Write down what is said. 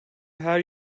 her